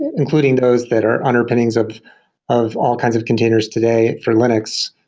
including those that are underpinnings of of all kinds of containers today for linux,